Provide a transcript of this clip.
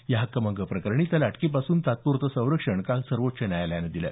या हक्कभंग प्रकरणी त्याला अटकेपासून तात्प्रतं सरक्षण काल सर्वोच्च न्यायालयानं दिलं